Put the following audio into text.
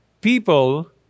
People